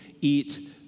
eat